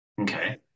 Okay